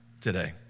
today